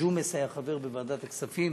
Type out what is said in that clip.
ג'ומס היה חבר בוועדת הכספים,